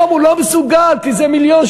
היום הוא לא מסוגל, כי זה 1.3 מיליון.